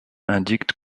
indique